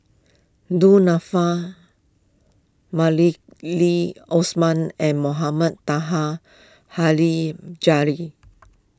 Du Nanfa Malili Osman and Mohamed Taha